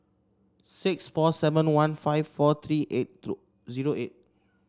six four seven one five four three eight zero eight